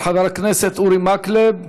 של חבר הכנסת אורי מקלב.